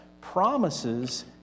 promises